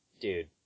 dude